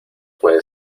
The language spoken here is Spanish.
puede